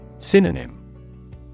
Synonym